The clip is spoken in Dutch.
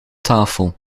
tafel